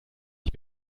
ich